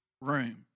Room